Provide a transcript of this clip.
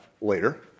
later